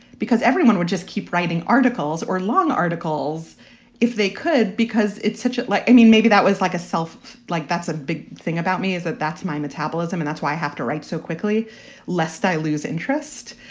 because everyone would just keep writing articles or long articles if they could. because it's such ah like i mean, maybe that was like a self like that's a big thing about me, is that that's my metabolism and that's why i have to write so quickly lest i lose interest.